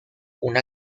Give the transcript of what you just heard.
una